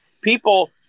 people